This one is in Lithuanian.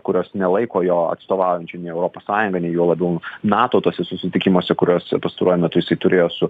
kurios nelaiko jo atstovaujančiu nei europos sąjungą nei juo labiau nato tuose susitikimuose kuriuos pastaruoju metu jisai turėjo su